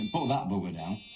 not going any